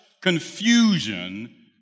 confusion